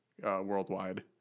worldwide